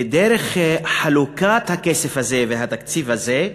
ודרך חלוקת הכסף הזה והתקציב הזה,